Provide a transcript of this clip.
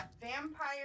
vampire